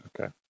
okay